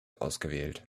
ausgewählt